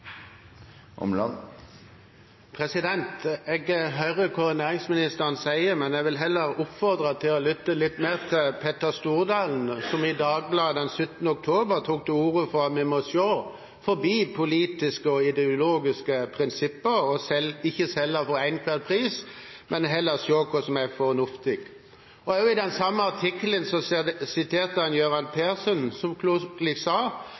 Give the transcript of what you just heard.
Jeg hører hva næringsministeren sier, men jeg vil heller oppfordre henne til å lytte litt mer til Petter Stordalen, som i Dagbladet den 17. oktober tok til orde for at vi må se forbi politiske og ideologiske prinsipper og ikke selge for enhver pris, men heller se hva som er fornuftig. I den samme artikkelen